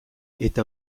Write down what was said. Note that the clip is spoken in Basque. eta